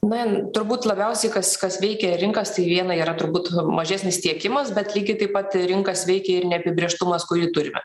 na turbūt labiausiai kas kas veikia rinkas tai viena yra turbūt mažesnis tiekimas bet lygiai taip pat rinkas veikė ir neapibrėžtumas kurį turime